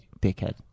Dickhead